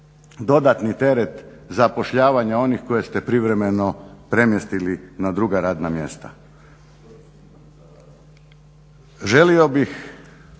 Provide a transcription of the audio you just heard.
dodatni teret zapošljavanja onih koje ste privremeno premjestili na druga radna mjesta.